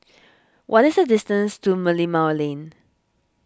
what is the distance to Merlimau Lane